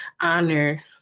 honor